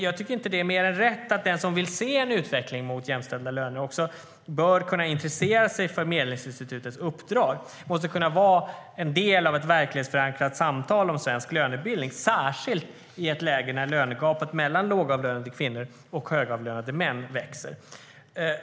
Jag tycker inte att det är mer än rätt att den som vill se en utveckling i riktning mot jämställda löner också bör kunna intressera sig för Medlingsinstitutets uppdrag. Det måste kunna vara en del av ett verklighetsförankrat samtal om svensk lönebildning, särskilt i ett läge när lönegapet mellan lågavlönade kvinnor och högavlönade män växer.